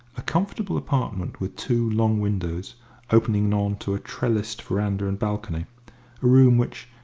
a comfortable apartment with two long windows opening on to a trellised verandah and balcony a room which,